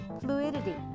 Fluidity